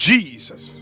Jesus